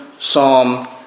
psalm